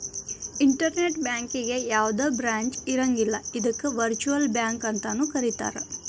internet ಬ್ಯಾಂಕಿಗೆ ಯಾವ್ದ branch ಇರಂಗಿಲ್ಲ ಅದಕ್ಕ ವರ್ಚುಅಲ್ ಬ್ಯಾಂಕ ಅಂತನು ಕರೇತಾರ